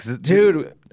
Dude